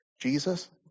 Jesus